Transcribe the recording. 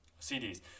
CDs